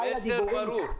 המסר ברור.